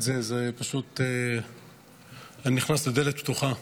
אני נכנס לדלת פתוחה.